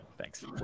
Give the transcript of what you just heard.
Thanks